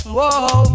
Whoa